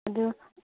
ꯑꯗꯨ